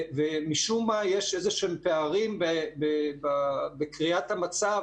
ומשום מה, יש איזשהם פערים בקריאת המצב